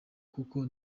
kuko